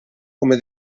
come